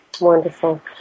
Wonderful